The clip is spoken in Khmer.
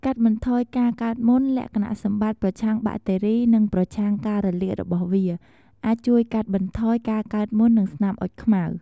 កាត់បន្ថយការកើតមុន លក្ខណៈសម្បត្តិប្រឆាំងបាក់តេរី និងប្រឆាំងការរលាករបស់វា អាចជួយកាត់បន្ថយការកើតមុន និងស្នាមអុចខ្មៅ។